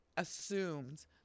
assumed